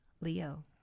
Leo